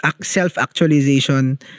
self-actualization